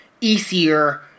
easier